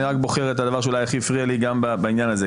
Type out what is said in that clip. אני רק בוחר את הדבר שאולי הכי הפריע לי גם בעניין הזה.